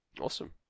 Awesome